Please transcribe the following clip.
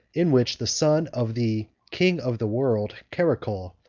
in which the son of the king of the world, caracul,